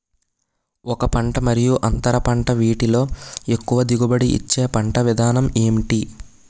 ఒక పంట మరియు అంతర పంట వీటిలో ఎక్కువ దిగుబడి ఇచ్చే పంట విధానం ఏంటి?